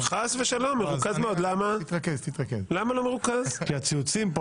חבריי חברי הכנסת,